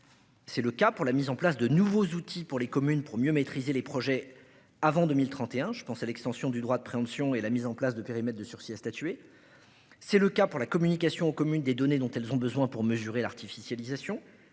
C'est le cas pour la mise en place de nouveaux outils pour les communes pour mieux maîtriser les projets avant 2031, je pensais l'extension du droit de préemption et la mise en place de périmètres de sursis à statuer. C'est le cas pour la communication aux communes des données dont elles ont besoin pour mesurer l'artificialisation